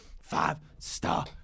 five-star